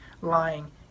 lying